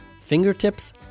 fingertips